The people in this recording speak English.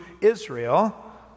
Israel